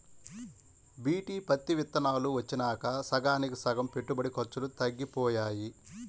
BT పత్తి విత్తనాలు వచ్చినాక సగానికి సగం పెట్టుబడి ఖర్చులు తగ్గిపోయాయి